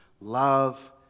Love